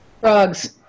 Frogs